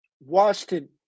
Washington